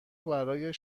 برای